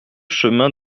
chemin